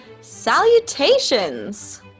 Salutations